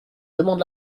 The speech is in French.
demande